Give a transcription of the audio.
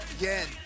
again